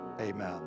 amen